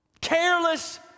Careless